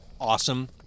awesome